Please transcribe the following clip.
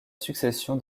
succession